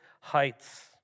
heights